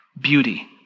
beauty